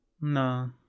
No